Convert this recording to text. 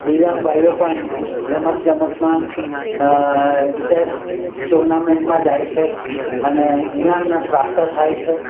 દિવ્યાંગ ભાઈઓ ઓપન રમતગમતમાં ચેશ ટુર્નામેન્ટમાં જાય છે અને ઈનામને પ્રાપ્ત થાય છે